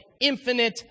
infinite